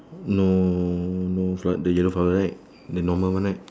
no no flower the yellow flower right the normal one right